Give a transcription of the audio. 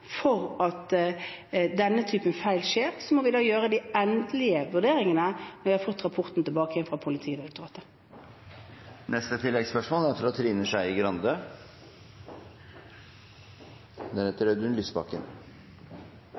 at denne typen feil skjer. De endelige vurderingene må vi gjøre når vi har fått rapporten fra Politidirektoratet.